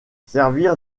servir